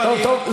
לא,